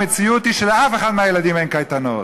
המציאות היא שלאף אחד מהילדים אין קייטנות.